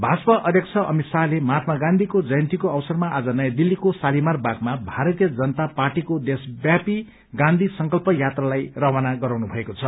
भाजपा अध्यक्ष अमित शाहले महात्मा गाँधीको जयन्तीको अवसरमा आज नयाँ दिल्लीको शालीमार बागमा भारजीय जनता पार्टीको देशव्यापी गाँधी संकल्प यात्रालाई रवाा गराउनु भएको छ